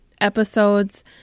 episodes